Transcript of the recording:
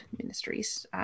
ministries